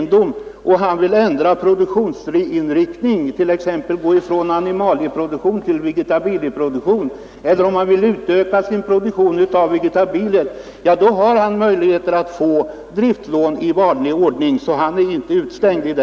Konstigare är det inte.